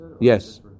Yes